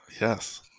Yes